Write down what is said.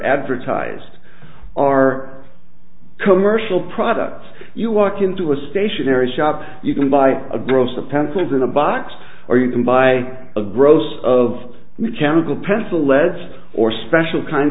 advertised commercial products you walk into a stationary shop you can buy a gross of pencils in a box or you can buy a gross of mechanical pencil leds or special kinds